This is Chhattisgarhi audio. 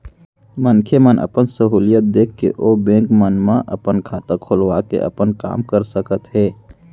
मनखे मन अपन सहूलियत देख के ओ बेंक मन म अपन खाता खोलवा के अपन काम कर सकत हें